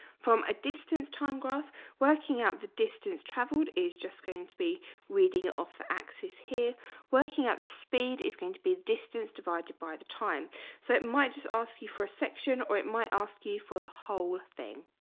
from a distance time graph working out the distance traveled is just going to be reading off axis here working out the speed is going to be distance divided by the time so it might just ask you for section or it might ask you for the whole thing